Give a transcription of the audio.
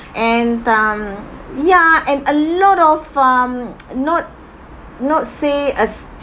and um ya and a lot of um not not say as